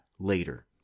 later